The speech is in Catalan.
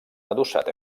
adossat